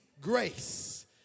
grace